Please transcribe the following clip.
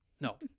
No